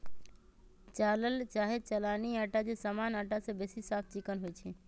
चालल चाहे चलानी अटा जे सामान्य अटा से बेशी साफ चिक्कन होइ छइ